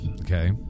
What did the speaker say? Okay